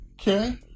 Okay